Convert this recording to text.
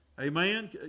Amen